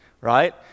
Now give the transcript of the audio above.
Right